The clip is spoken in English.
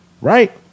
right